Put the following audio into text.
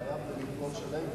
כבעיה במכלול שלם,